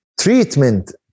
treatment